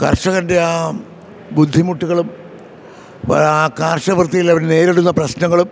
കർഷകൻ്റെ ആ ബുദ്ധിമുട്ടുകളും ആ കാർഷിക വൃത്തിയിലവർ നേരിടുന്ന പ്രശ്നനങ്ങളും